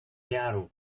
jaru